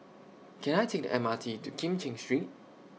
Can I Take The M R T to Kim Cheng Street